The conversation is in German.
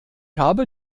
habe